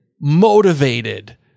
motivated